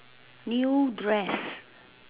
new dress